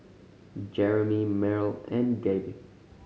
Jeromy Myrle and Gabe